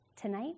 tonight